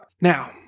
now